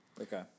Okay